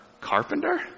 carpenter